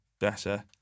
better